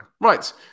Right